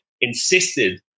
insisted